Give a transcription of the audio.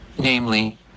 Namely